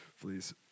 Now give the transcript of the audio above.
please